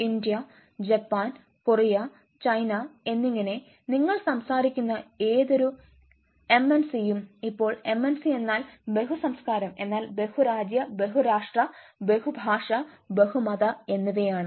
India Japan Korea China എന്നിങ്ങനെ നിങ്ങൾ സംസാരിക്കുന്ന ഏതൊരു എംഎൻസിയും ഇപ്പോൾ എംഎൻസി എന്നാൽ ബഹു സംസ്കാരം എന്നാൽ ബഹു രാജ്യ ബഹുരാഷ്ട്ര ബഹുഭാഷ ബഹുമത എന്നിവയാണ്